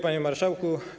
Panie Marszałku!